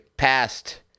Passed